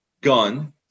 Gun